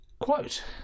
quote